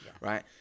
right